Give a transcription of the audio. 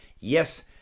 Yes